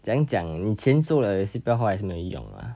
讲讲你倾诉了 si biao 坏还是没用 ah